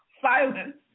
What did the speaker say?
Silence